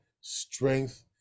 strength